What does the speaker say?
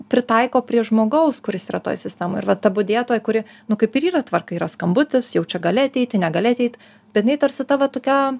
pritaiko prie žmogaus kuris yra toj sistemoj ir vat ta budėtoja kuri nu kaip ir yra tvarka yra skambutis jau čia gali ateit negali ateit bet jinai tarsi ta va tokia